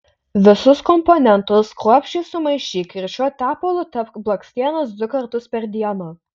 visus komponentus kruopščiai sumaišyk ir šiuo tepalu tepk blakstienas du kartus per dieną